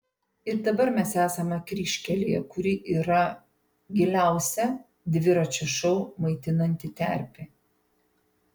ir dabar mes esame kryžkelėje kuri ir yra giliausia dviračio šou maitinanti terpė